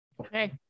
Okay